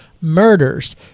Murders